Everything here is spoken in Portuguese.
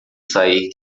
sair